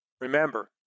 Remember